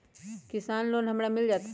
किसान लोन हमरा मिल जायत?